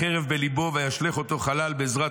וילך וישתבח בבית דגון